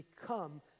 become